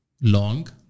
long